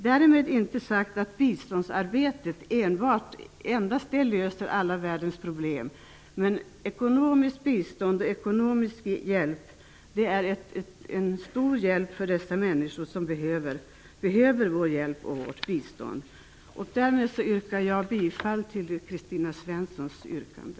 Därmed har jag inte sagt att enbart biståndsarbete löser alla världens problem, men ekonomiskt bistånd är en stor hjälp för dessa människor. Jag instämmer därmed i Kristina Svenssons yrkande.